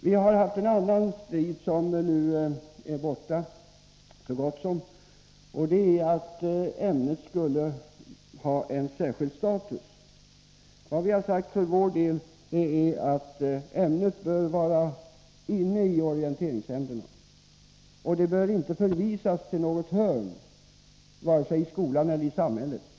Vi har fört en annan strid, som nu är så gott som över, nämligen att ämnet skulle ha en särskild status. Vad vi har sagt för vår del är att ämnet bör ingå i orienteringsämnena och inte förvisas till något hörn, varken i skolan eller i samhället.